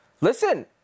Listen